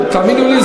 תאמינו לי,